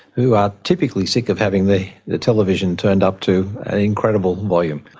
who are typically sick of having the the television turned up to an incredible volume.